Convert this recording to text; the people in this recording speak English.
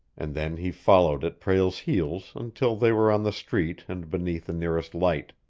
and then he followed at prale's heels until they were on the street and beneath the nearest light.